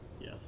Yes